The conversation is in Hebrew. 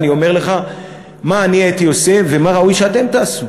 אני אומר לך מה אני הייתי עושה ומה ראוי שאתם תעשו,